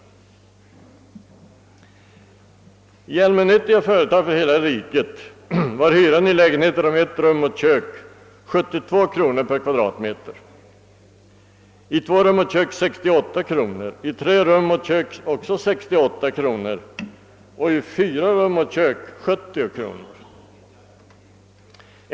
För bostadsföretag i allmänhet inom hela riket var hyran för lägenheter på ett rum och kök 72 kronor per kvadratmeter, för två rum och kök 68 kronor per kvadratmeter, för tre rum och kök också 68 kronor per kvadratmeter och för fyra rum och kök 70 kronor per kvadratmeter.